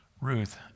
Ruth